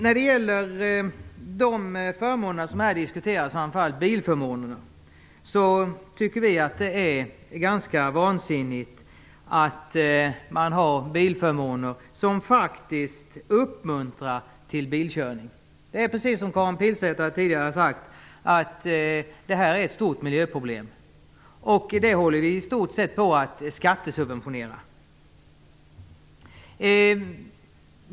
När det gäller de förmåner som diskuteras här, framför allt bilförmånerna, tycker vi att det är ganska vansinnigt att man har sådana som faktiskt uppmuntrar till bilkörning. Det är precis som Karin Pilsäter tidigare har sagt, det här är ett stort miljöproblem. Det subventionerar vi i stor utsträckning med skatter.